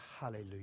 hallelujah